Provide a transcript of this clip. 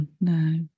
No